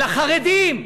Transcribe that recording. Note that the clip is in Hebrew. על החרדים,